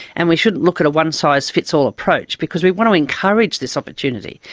and we shouldn't look at a one-size-fits-all approach because we want to encourage this opportunity.